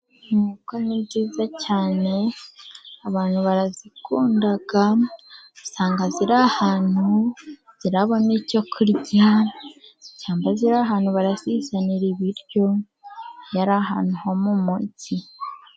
Inkoko ni nziza cyane abantu barazikundaga. Usanga ziri ahantu zirabona icyo kurya cyangwa ziri ahantu barazizanira ibiryo. Iyo ari ahantu ho mu mugi.